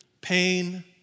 pain